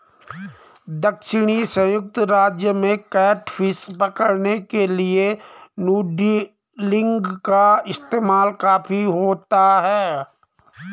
दक्षिणी संयुक्त राज्य में कैटफिश पकड़ने के लिए नूडलिंग का इस्तेमाल काफी होता है